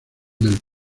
del